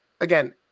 again